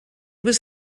was